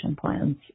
plans